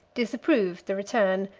disapproved the return,